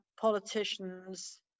politicians